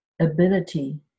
ability